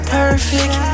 perfect